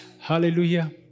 Hallelujah